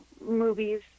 movies